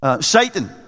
Satan